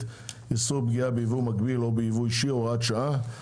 (איסור פגיעה ביבוא מקביל או ביבוא אישי) (הוראת שעה),